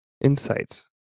Insights